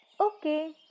Okay